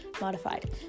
modified